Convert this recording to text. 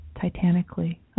titanically